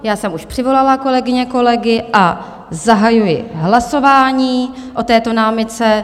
Já jsem už přivolala kolegyně, kolegy a zahajuji hlasování o této námitce.